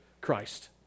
Christ